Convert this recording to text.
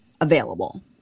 available